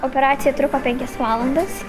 operacija truko penkias valandas